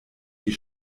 die